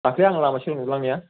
दाखालै आं लामा सेराव नुलांनाया